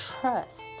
trust